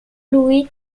louis